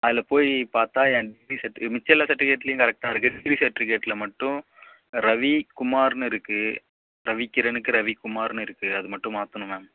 அதில் போய் பார்த்தா என் டிகிரி சர்ட் மிச்ச எல்லா சர்ட்விகேட்லியும் கரெக்ட்டாக இருக்குது டிகிரி சர்ட்விகேட்டில் மட்டும் ரவி குமார்னு இருக்குது ரவிகிரனுக்கு ரவிகுமார்னு இருக்குது அது மட்டும் மாற்றணும் மேம்